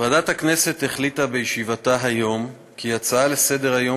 ועדת הכנסת החליטה בישיבתה היום כי הצעה לסדר-היום